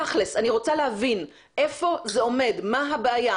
תכלס, אני רוצה להבין איפה זה עומד, מה הבעיה.